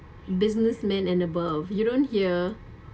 businessmen and above you don't hear